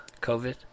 COVID